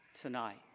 tonight